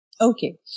Okay